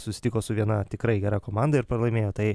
susitiko su viena tikrai gera komanda ir pralaimėjo tai